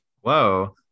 whoa